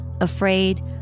afraid